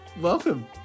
welcome